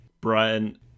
Brian